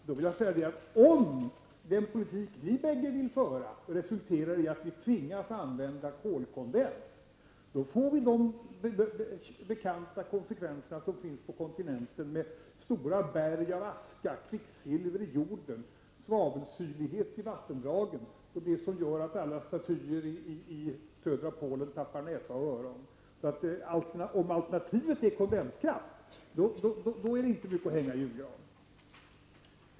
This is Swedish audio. Då vill jag säga att om den politik som ni bägge vill föra resulterar i att vi tvingas använda kolkondens, får vi de bekanta konsekvenser som finns ute på kontinenten med stora berg av aska och kvicksilver i jorden, svavelsyrlighet i vattendragen som gör att alla statyfigurer i södra Polen tappar näsa och öron. Om alternativet är kolkondenskraft då är det inte mycket att hänga i julgranen.